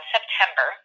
September